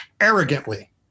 arrogantly